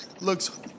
looks